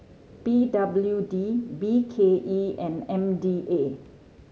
P W D B K E and M D A